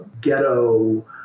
ghetto